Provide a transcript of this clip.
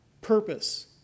purpose